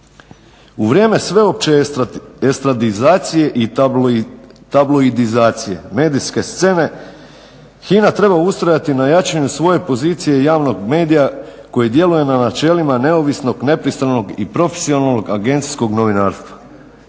U vrijeme sveopće estradizacije i tabloidizacije medijske scene, HINA treba ustrajati na jačanju svoje pozicije javnog medija koji djeluje na načelima neovisnog, nepristranog i profesionalnog agencijskog novinarstva.